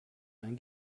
ein